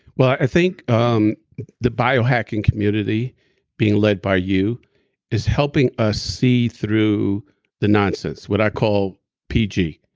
well, i think um the biohacking community being led by you is helping us see through the nonsense, what i call pg,